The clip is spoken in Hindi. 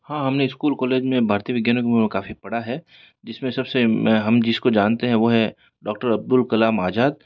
हाँ हमने स्कूल कॉलेज में भारतीय विज्ञानों के काफ़ी पढ़ा है जिसमें सबसे हम जिसको जानते हैं वो है डॉक्टर अब्दुल कलाम आजाद